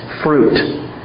fruit